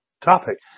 Topic